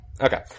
Okay